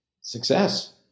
success